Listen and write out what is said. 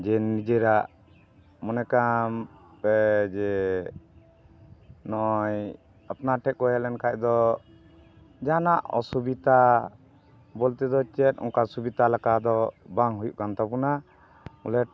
ᱡᱮ ᱱᱤᱡᱮᱨᱟᱜ ᱢᱚᱱᱮ ᱠᱟᱜ ᱯᱮ ᱡᱮ ᱱᱚᱜᱼᱚᱭ ᱟᱯᱱᱟᱨ ᱴᱷᱮᱱ ᱠᱚ ᱦᱮᱡ ᱞᱮᱱᱠᱷᱟᱱ ᱫᱚ ᱡᱟᱦᱟᱱᱟᱜ ᱚᱥᱩᱵᱤᱛᱟ ᱵᱚᱞᱛᱮ ᱫᱚ ᱪᱮᱫ ᱚᱱᱠᱟ ᱥᱩᱵᱤᱛᱟ ᱞᱮᱠᱟ ᱫᱚ ᱵᱟᱝ ᱦᱩᱭᱩᱜ ᱠᱟᱱ ᱛᱟᱵᱚᱱᱟ ᱵᱚᱞᱮ